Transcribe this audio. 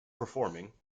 performing